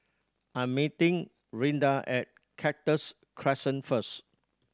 I'm meeting Rinda at Cactus Crescent first